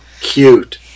cute